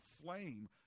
flame